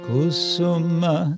Kusuma